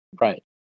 right